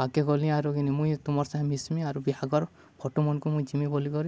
ପାକେ ଗଲି ଆରୁ କିିନି ମୁଇଁ ତୁମର ସାଙ୍ଗେ ମିଶମି ଆରୁ ବିହାଘର ଫଟୋ ମାନକୁ ମୁଇଁ ଯିମି ବୋଲି କରି